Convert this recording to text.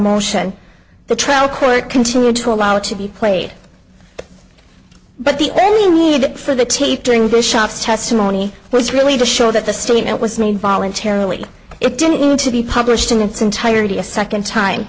motion the trial court continued to allow it to be played but the only need for the teetering bishops testimony was really to show that the statement was made voluntarily it didn't need to be published in its entirety a second time